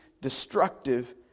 destructive